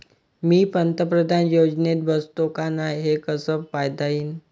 मी पंतप्रधान योजनेत बसतो का नाय, हे कस पायता येईन?